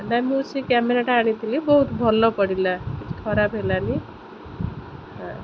ନାଇଁ ମୁଁ ସେ କ୍ୟାମେରାଟା ଆଣିଥିଲି ବହୁତ ଭଲ ପଡ଼ିଲା ଖରାପ ହେଲାନି ହଁ